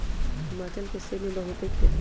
हिमाचल में सेब के बहुते खेत हई